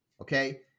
okay